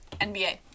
NBA